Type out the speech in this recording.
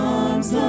arms